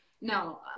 No